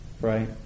right